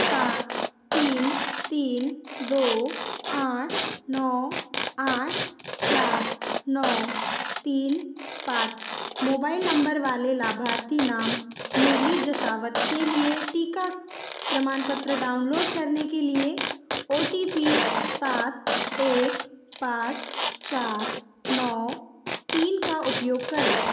सात तीन तीन दो आठ नौ आठ चार नौ तीन पाँच मोबाइल नंबर वाले लाभार्थी नाम मुरली जसावत के लिए टीका प्रमाण पत्र डाउनलोड करने के लिए ओ टी पी सात एक पाँच चार नौ तीन का उपयोग करें